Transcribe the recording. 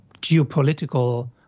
geopolitical